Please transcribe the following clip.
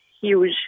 huge